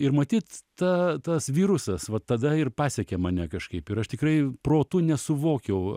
ir matyt ta tas virusas va tada ir pasekė mane kažkaip ir aš tikrai protu nesuvokiau